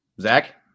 Zach